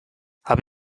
habe